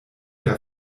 der